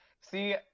see